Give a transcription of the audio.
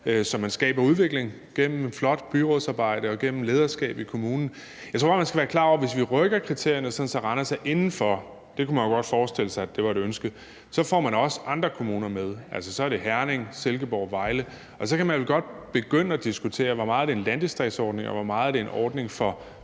Man skaber udvikling gennem flot byrådsarbejde og gennem lederskab i kommunen. Jeg tror bare, at man skal være klar over, at hvis vi rykker kriterierne, sådan at Randers Kommune er inden for – det kunne man jo godt forestille sig var et ønske – så får man også andre kommuner med. Altså, så er det Herning, Silkeborg og Vejle Kommuner, og så kan man vel godt begynde at diskutere, hvor meget det er en landdistriktsordning, og hvor meget det er en ordning for